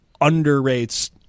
underrates